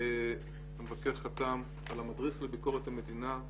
המבקר חתם על המדריך לביקורת המדינה,